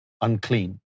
unclean